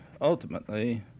ultimately